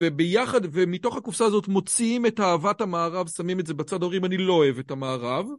ומתוך הקופסה הזאת מוציאים את אהבת המערב, שמים את זה בצד הורים, אני לא אוהב את המערב.